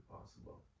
possible